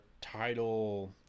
title